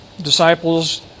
disciples